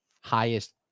highest